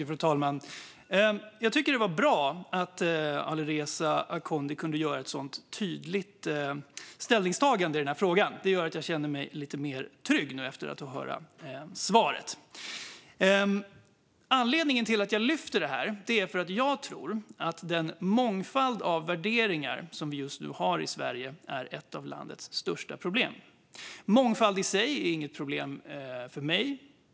Fru talman! Jag tycker att det var bra att Alireza Akhondi kunde göra ett så tydligt ställningstagande i den här frågan. Det gör att jag känner mig lite mer trygg efter att ha fått höra svaret. Anledningen till att jag lyfter detta är att jag tror att den mångfald av värderingar som vi just nu har i Sverige är ett av landets största problem. Mångfald i sig är inget problem för mig.